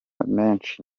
menshi